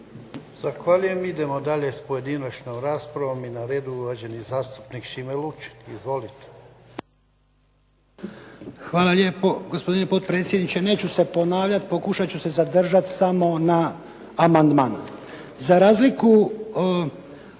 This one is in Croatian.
Zahvaljujem. Idemo dalje s pojedinačnom raspravom. I na redu je uvaženi zastupnik Šime Lučin. Izvolite. **Lučin, Šime (SDP)** Hvala lijepo gospodine potpredsjedniče. Neću se ponavljati, pokušat ću se zadržati samo na amandmanu. Za razliku